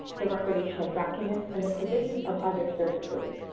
the recordation of documents, and the provision of other services.